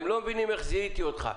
הם לא מבינים איך זיהיתי אותך.